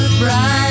bright